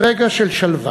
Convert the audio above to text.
"רגע של שלווה,